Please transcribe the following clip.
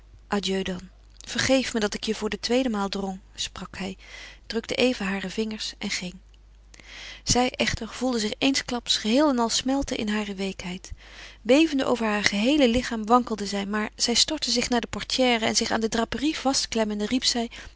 vergeef me dat ik je voor de tweede maal drong sprak hij drukte even hare vingers en ging zij echter gevoelde zich eensklaps geheel en al smelten in hare weekheid bevende over haar geheele lichaam wankelde zij maar zij stortte zich naar de portière en zich aan de draperie vastklemmende riep zij